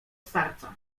starca